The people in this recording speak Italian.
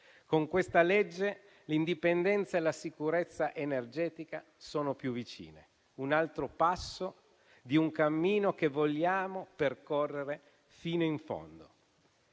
Con questa legge, l'indipendenza e la sicurezza energetica sono più vicine, un altro passo di un cammino che vogliamo percorrere fino in fondo.